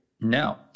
No